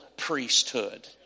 priesthood